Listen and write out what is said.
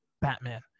Batman